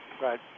Right